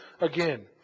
again